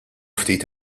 ftit